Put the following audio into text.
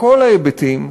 בכל ההיבטים,